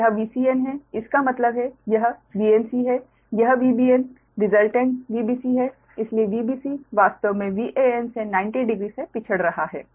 तो यह Vcn है इसका मतलब है यह Vnc है यह Vbn रीसल्टेंट Vbc है इसलिए Vbc वास्तव में Vanसे 900 से पिछड़ रहा है